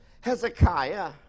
Hezekiah